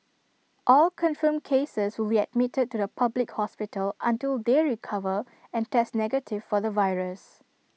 all confirmed cases will be admitted to A public hospital until they recover and test negative for the virus